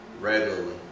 regularly